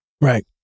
Right